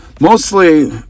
Mostly